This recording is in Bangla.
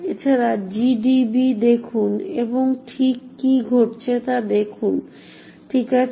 এছাড়াও GDB দেখুন এবং ঠিক কি ঘটছে তা দেখুন ঠিক আছে